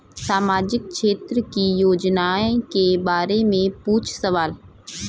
सामाजिक क्षेत्र की योजनाए के बारे में पूछ सवाल?